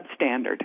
substandard